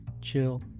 chill